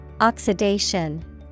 oxidation